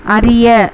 அறிய